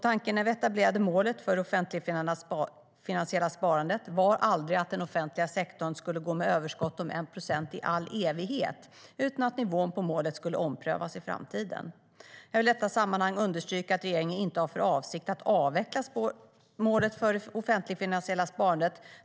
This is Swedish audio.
Tanken när vi etablerade målet för det offentligfinansiella sparandet var aldrig att den offentliga sektorn skulle gå med överskott om 1 procent i all evighet utan att nivån på målet skulle omprövas i framtiden. Jag vill i detta sammanhang understryka att regeringen inte har för avsikt att avveckla målet för det offentligfinansiella sparandet.